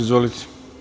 Izvolite.